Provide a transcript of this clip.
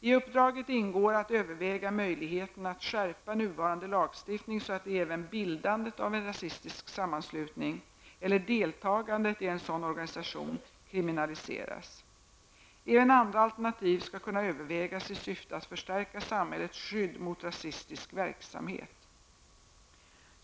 I uppdraget ingår att överväga möjligheten att skärpa nuvarande lagstiftning så att även bildandet av en rasistisk sammanslutning eller deltagandet i en sådan organisaiton kriminaliseras. Även andra alternativ skall kunna övervägas i syfte att förstärka samhällets skydd mot rasistisk verksamhet.